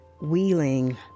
wheeling